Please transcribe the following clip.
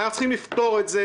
אנחנו צריכים לפתור את זה,